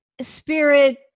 spirit